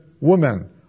woman